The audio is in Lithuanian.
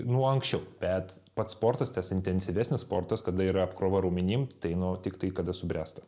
nuo anksčiau bet pats sportas tas intensyvesnis sportas kada yra apkrova raumenim tai nu tik tai kada subręsta